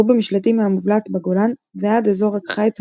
במשלטים מהמובלעת בגולן ועד אזור החיץ החקלאי,